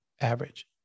average